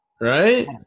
right